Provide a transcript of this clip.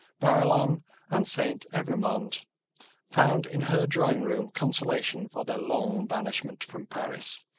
barillon and saint evremond found in her drawing room consolation for their long banishment from paris.